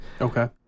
Okay